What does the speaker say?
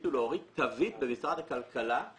החליטו במשרד הכלכלה להוריד תווית.